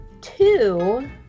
two